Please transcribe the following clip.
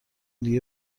دیگه